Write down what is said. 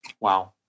wow